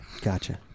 gotcha